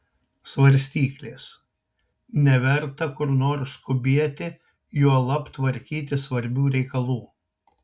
svarstyklės neverta kur nors skubėti juolab tvarkyti svarbių reikalų